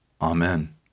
Amen